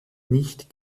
nicht